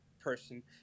person